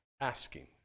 asking